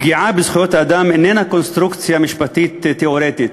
פגיעה בזכויות אדם איננה קונסטרוקציה משפטית תיאורטית.